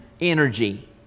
energy